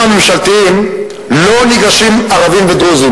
הממשלתיים לא ניגשים ערבים ודרוזים.